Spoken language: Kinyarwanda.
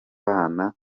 kabo